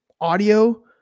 audio